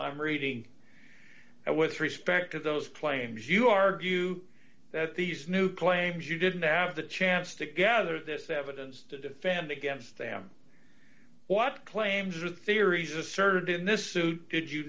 i'm reading with respect to those claims you argue that these new claims you didn't have the chance to gather this evidence to defend against them what claims are theories asserted in this suit did you